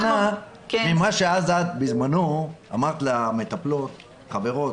שונה ממה שאז בזמנו אמרת למטפלות 'חברות,